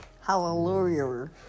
Hallelujah